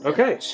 Okay